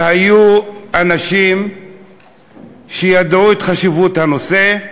והיו אנשים שידעו את חשיבות הנושא,